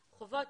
החובות,